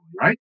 right